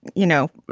you know,